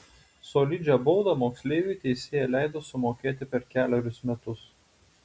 solidžią baudą moksleiviui teisėja leido sumokėti per kelerius metus